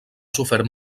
sofert